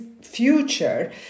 future